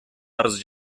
арыз